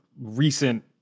recent